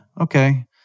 okay